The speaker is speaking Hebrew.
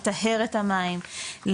לטהר את המים,